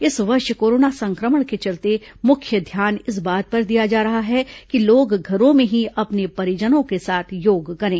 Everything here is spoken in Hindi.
इस वर्ष कोरोना संक्रमण के चलते मुख्य ध्यान इस बात पर दिया जा रहा है कि लोग घरों में ही अपने परिजनों के साथ योग करें